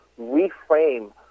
reframe